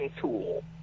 tool